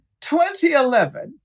2011